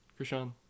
krishan